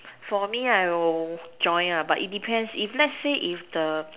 for me I will join ah it depends let's say if the